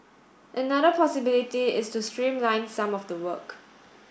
another possibility is to streamline some of the work